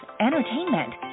entertainment